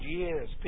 years